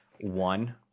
one